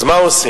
אז מה עושים?